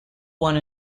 one